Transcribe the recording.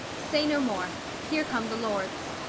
say no more here come the lords.